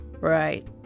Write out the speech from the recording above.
Right